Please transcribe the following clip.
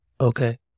okay